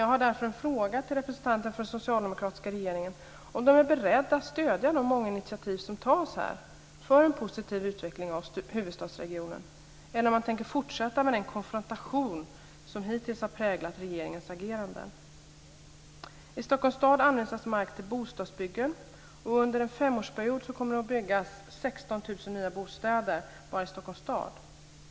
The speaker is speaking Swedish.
Jag har därför en fråga till representanten för den socialdemokratiska regeringen. Är man beredd att stödja de många initiativ som här tas för en positiv utveckling av huvudstadsregionen, eller tänker man fortsätta med den konfrontation som hittills präglat regeringens ageranden? I Stockholms stad anvisas mark till bostadsbyggen. Under en femårsperiod kommer det att byggas 16 000 nya bostäder bara i Stockholms stad.